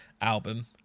album